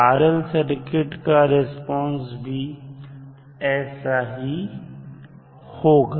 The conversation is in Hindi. RL सर्किट का रिस्पांस भी ऐसा ही होगा